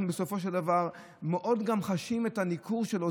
בסופו של דבר אנחנו חשים מאוד את הניכור שלו.